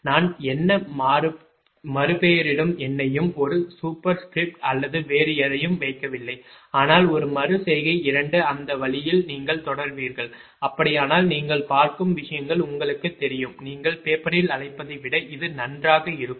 நான் எந்த மறுபெயரிடும் எண்ணையும் ஒரு சூப்பர் ஸ்கிரிப்ட் அல்லது வேறு எதையும் வைக்கவில்லை ஆனால் ஒரு மறு செய்கை 2 இந்த வழியில் நீங்கள் தொடருவீர்கள் அப்படியானால் நீங்கள் பார்க்கும் விஷயங்கள் உங்களுக்குத் தெரியும் நீங்கள் பேப்பரில் அழைப்பதை விட இது நன்றாக இருக்கும்